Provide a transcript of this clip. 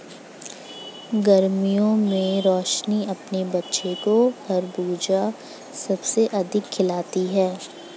गर्मियों में रोशनी अपने बच्चों को खरबूज सबसे अधिक खिलाती हैं